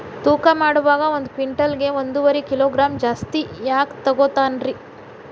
ತೂಕಮಾಡುವಾಗ ಒಂದು ಕ್ವಿಂಟಾಲ್ ಗೆ ಒಂದುವರಿ ಕಿಲೋಗ್ರಾಂ ಜಾಸ್ತಿ ಯಾಕ ತೂಗ್ತಾನ ರೇ?